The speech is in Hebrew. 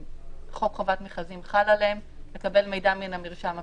שחוק חובת מכרזים חל עליהם לקבל מידע מן המרשם הפלילי.